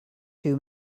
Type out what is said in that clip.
two